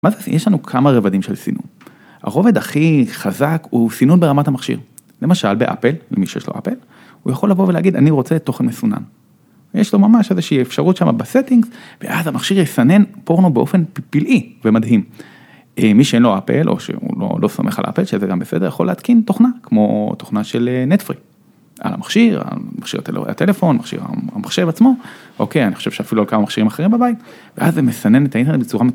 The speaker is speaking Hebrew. מה זה, יש לנו כמה רבדים של סינון, הרובד הכי חזק הוא סינון ברמת המכשיר. למשל באפל, למי שיש לו אפל, הוא יכול לבוא ולהגיד אני רוצה תוכן מסונן, יש לו ממש איזושהי אפשרות שם בהגדרות ואז המכשיר יסנן פורנו באופן פלאי ומדהים. מי שאין לו אפל או שהוא לא סומך על אפל, שזה גם בסדר, יכול להתקין תוכנה כמו תוכנה של נטפרי, על המכשיר, מכשיר הטלפון, המחשב עצמו, אני חושב שאפילו על כמה מכשירים אחרים בבית ואז זה מסנן את האינטרנט בצורה...